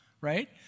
right